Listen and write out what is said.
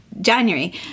January